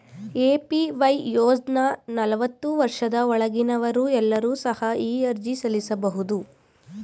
APY ಯೋಜ್ನ ನಲವತ್ತು ವರ್ಷದ ಒಳಗಿನವರು ಎಲ್ಲರೂ ಸಹ ಅರ್ಜಿ ಸಲ್ಲಿಸಬಹುದು